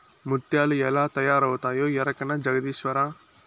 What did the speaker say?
ముత్యాలు ఎలా తయారవుతాయో ఎరకనా జగదీశ్వరా